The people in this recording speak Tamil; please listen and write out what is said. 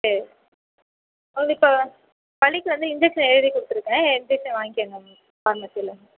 சரி ம் இப்போ வலிக்கு வந்து இன்ஜெக்ஷன் எழுதி கொடுத்துருக்கேன் இன்ஜெக்ஷன் வாங்கிக்கங்க ஃபார்மஸியில்